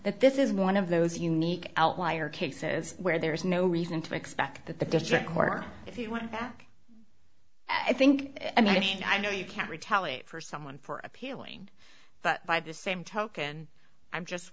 that this is one of those unique outlier cases where there is no reason to expect that the district court if you want it back i think i mean i know you can't retaliate for someone for appealing but by the same token i'm just